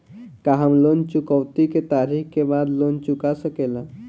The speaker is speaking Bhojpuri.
का हम लोन चुकौती के तारीख के बाद लोन चूका सकेला?